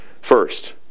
first